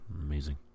Amazing